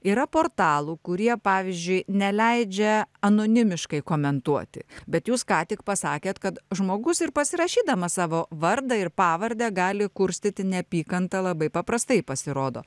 yra portalų kurie pavyzdžiui neleidžia anonimiškai komentuoti bet jūs ką tik pasakėt kad žmogus ir pasirašydamas savo vardą ir pavardę gali kurstyti neapykantą labai paprastai pasirodo